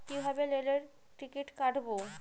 কিভাবে রেলের টিকিট কাটব?